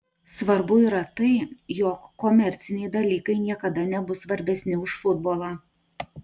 svarbu yra tai jog komerciniai dalykai niekada nebus svarbesni už futbolą